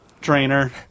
trainer